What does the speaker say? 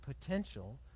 potential